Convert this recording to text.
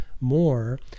more